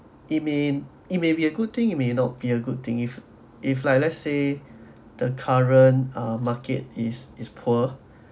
it may it may be a good thing it may not be a good thing if if like let's say the current uh market is is poor